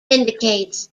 indicates